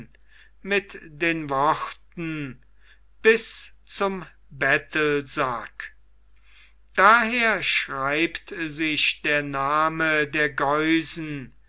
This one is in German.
mit den worten bis zum bettelsack daher schreibt sich der name der geusen